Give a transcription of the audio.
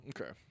Okay